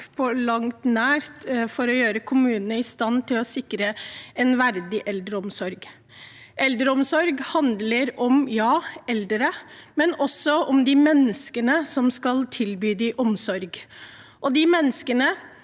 for å gjøre kommunene i stand til å sikre en verdig eldreomsorg. El dreomsorg handler om eldre, ja, men også om de menneskene som skal tilby dem omsorg. De menneskene